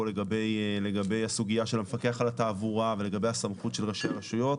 לגבי הסוגיה של המפקח על התעבורה ולגבי הסמכות של ראשי הרשויות